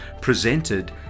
presented